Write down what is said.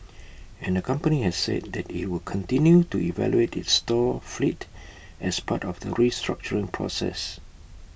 and the company has said that IT would continue to evaluate its store fleet as part of the restructuring process